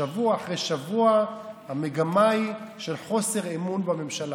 שבוע אחרי שבוע המגמה היא של חוסר אמון בממשלה,